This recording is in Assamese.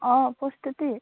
অ' প্ৰস্তুতি